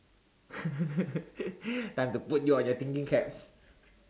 time to put your your thinking caps